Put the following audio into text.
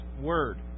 word